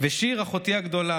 ועל שיר אחותי הגדולה.